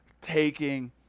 taking